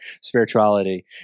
spirituality